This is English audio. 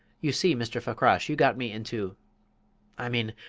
you see, mr. fakrash, you got me into i mean,